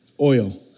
oil